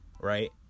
Right